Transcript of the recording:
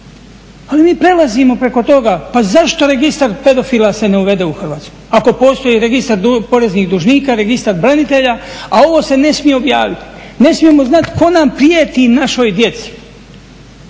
Ali mi prelazimo preko toga. Pa zašto registar pedofila se ne uvede u Hrvatskoj, ako postoji registar poreznih dužnika, registar branitelja, a ovo se ne smije objaviti. Ne smijemo znati tko nam prijeti našoj djeci.